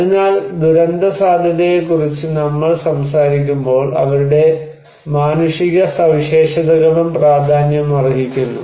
അതിനാൽ ദുരന്തസാധ്യതയെക്കുറിച്ച് നമ്മൾ സംസാരിക്കുമ്പോൾ അവരുടെ മാനുഷിക സവിശേഷതകളും പ്രാധാന്യമർഹിക്കുന്നു